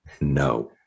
No